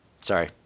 Sorry